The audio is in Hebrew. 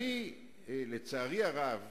לצערי הרב,